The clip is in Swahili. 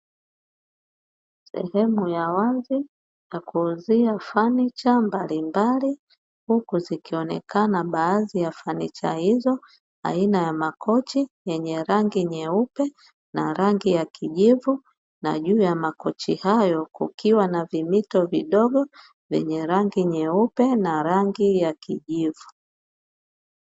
Sehemu ya wazi pa kuuzia fanicha mbalimbali, huku zikionekana baadhi ya fanicha hizo aina ya makochi yenye rangi nyeupe na rangi ya kijivu na juu ya makochi hayo kukiwa na vimito vidogo vyenye rangi nyeupe na rangi ya kijivu.